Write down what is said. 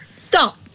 Stop